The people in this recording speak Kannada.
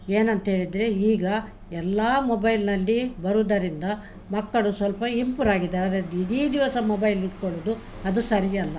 ಏನಂತ ಹೇಳಿದರೆ ಈಗ ಎಲ್ಲಾ ಮೊಬೈಲ್ನಲ್ಲಿ ಬರುದರಿಂದ ಮಕ್ಕಳು ಸ್ವಲ್ಪ ಇಂಪ್ರೂ ಆಗಿದ್ದಾರೆ ಅದರೆ ಇಡೀ ದಿವಸ ಮೊಬೈಲ್ ಇಟ್ಕೊಳೋದು ಅದು ಸರಿಯಲ್ಲ